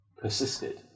persisted